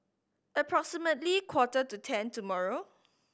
approximately quarter to ten tomorrow